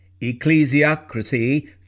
ecclesiocracy